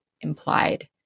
implied